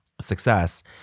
success